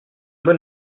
bon